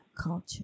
culture